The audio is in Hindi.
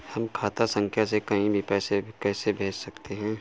हम खाता संख्या से कहीं भी पैसे कैसे भेज सकते हैं?